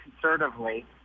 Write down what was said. conservatively